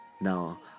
now